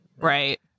Right